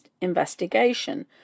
investigation